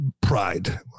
pride